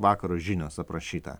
vakaro žinios aprašyta